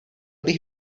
bych